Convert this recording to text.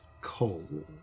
cold